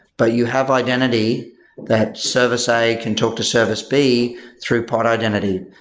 but you have identity that service a can talk to service b through pod identity.